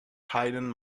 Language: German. keinen